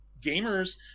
gamers